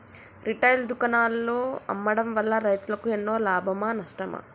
Retail దుకాణాల్లో అమ్మడం వల్ల రైతులకు ఎన్నో లాభమా నష్టమా?